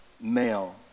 male